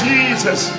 Jesus